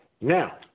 Now